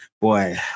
boy